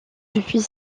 depuis